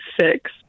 six